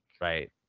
Right